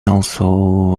also